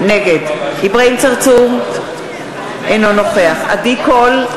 נגד אברהים צרצור, אינו נוכח עדי קול,